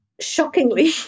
shockingly